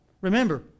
Remember